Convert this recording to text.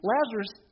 Lazarus